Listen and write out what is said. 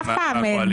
אף פעם אין.